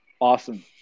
awesome